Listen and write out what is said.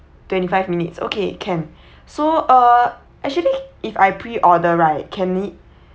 twenty five minutes okay can so uh actually if I pre order right can it